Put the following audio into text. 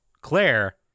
Claire